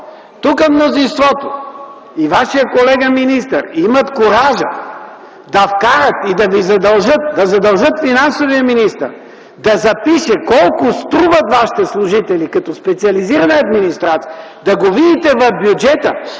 тука мнозинството и Вашият колега министър, имат куража да вкарат и да задължат финансовия министър да запише колко струват вашите служители като специализирана администрация, да го видите в бюджета